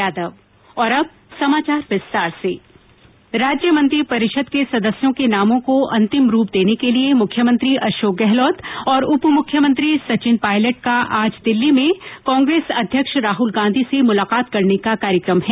राज्य मंत्रिपरिषद के सदस्यों के नामों को अंतिम रूप देने के लिए मुख्यमंत्री अशोक गहलोत और उप मुख्यमंत्री सचिन पायलट का आज दिल्ली में कांग्रेस अध्यक्ष राहल गांधी से मुलाकात करने का कार्यक्रम है